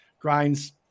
Grinds